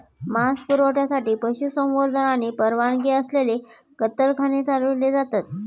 मांस पुरवठ्यासाठी पशुसंवर्धन आणि परवानगी असलेले कत्तलखाने चालवले जातात